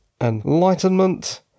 Enlightenment